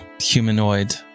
humanoid